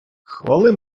хвали